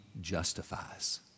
justifies